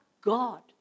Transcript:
God